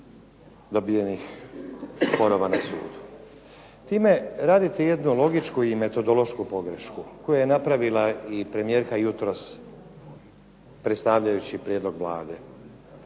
dobivenih sporova na sudu. Time radite jednu logičku i metodološku pogrešku koju je napravila i premijerka jutros predstavljajući prijedlog Vlade